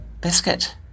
Biscuit